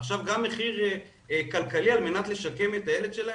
עכשיו גם מחיר כלכלי על מנת לשקם את הילד שלהם?